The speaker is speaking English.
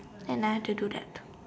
and I had to do that